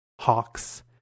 Hawks